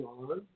on